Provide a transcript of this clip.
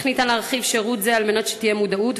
איך אפשר להרחיב שירות זה כדי שתהיה מודעות,